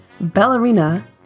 Ballerina